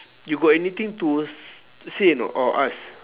you got anything to s~ say or not or ask